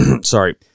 Sorry